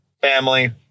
family